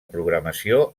programació